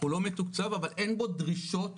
אבל אין בו דרישות,